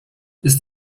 ist